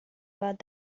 about